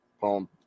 boom